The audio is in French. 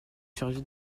chargé